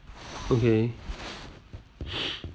okay